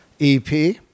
EP